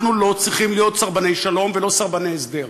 אנחנו לא צריכים להיות סרבני שלום ולא סרבני הסדר.